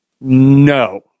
No